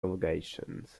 allegations